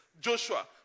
Joshua